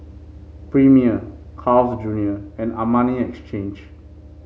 Premier Carl's Junior and Armani Exchange